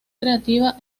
creativa